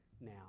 now